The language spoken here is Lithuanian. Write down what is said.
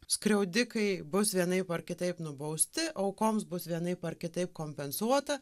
skriaudikai bus vienaip ar kitaip nubausti aukoms bus vienaip ar kitaip kompensuota